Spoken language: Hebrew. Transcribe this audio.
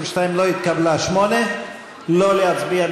לא להצביע.